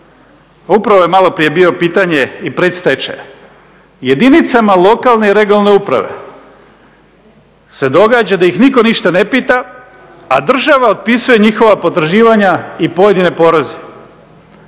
upravo je malo prije bilo pitanje i predstečaja, jedinice lokalne i regionalne uprave se događa da ih ništa nitko ne pita, a država otpisuje njihova potraživanja i pojedine poreze.